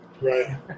Right